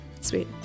Sweet